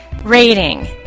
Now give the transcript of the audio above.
rating